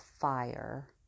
fire